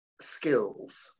skills